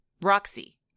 roxy